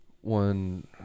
one